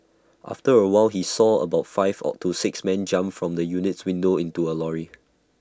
after A while he saw about five to six men jump from the unit's window into A lorry